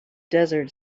desert